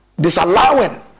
disallowing